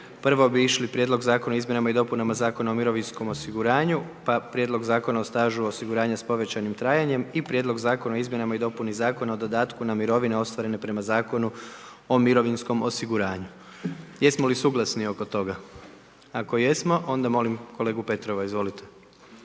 Prvo bi išli Prijedlog zakona o izmjenama i dopuna Zakona o mirovinskom osiguranju, pa Prijedlog Zakon o stažu u osiguranja s povećanim trajanjem i Prijedlog Zakona o izmjenama i dopuni o dodatku na mirovine ostvarene prema Zakonu o mirovinskom osiguranju. Jesmo li suglasni oko toga? Ako jesmo, onda molim kolegu Petrova, izvolite.